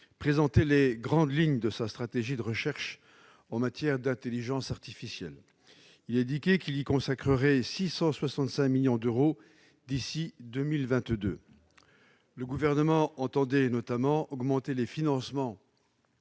présentait les grandes lignes de sa stratégie de recherche en matière d'intelligence artificielle, à laquelle seront consacrés 665 millions d'euros d'ici à 2022. Le Gouvernement entendait notamment augmenter les financements